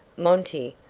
monty,